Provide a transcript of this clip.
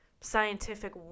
scientific